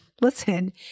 Listen